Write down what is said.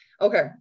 Okay